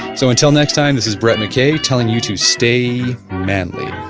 so until next time, this is brett mckay telling you to stay manly